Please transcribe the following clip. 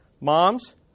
moms